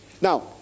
Now